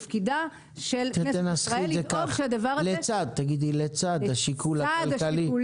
תנסחי את זה כך: לצד השיקול הכלכלי,